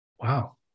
Wow